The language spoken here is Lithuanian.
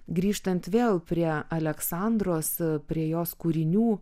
grįžtant vėl prie aleksandros prie jos kūrinių